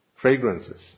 fragrances